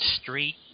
street